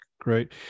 Great